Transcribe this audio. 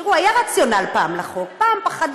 תראו, פעם היה רציונל לחוק, פעם פחדו